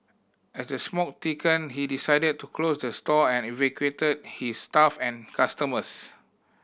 as the smoke thickened he decided to close the store and evacuate his staff and customers